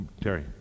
Terry